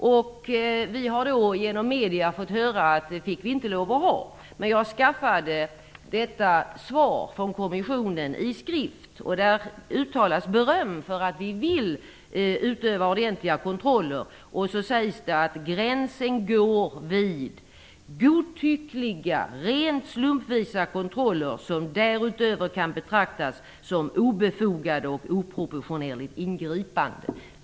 Vi har då genom medierna fått reda på att vi inte får lov att ha några sådana. Men jag skaffade svaret från kommissionen i skrift. Där uttalas beröm för att vi vill utöva ordentliga kontroller. Det sägs sedan att gränsen går vid godtyckliga, rent slumpvisa kontroller som därutöver kan betraktas som obefogade och oproportionerligt ingripande.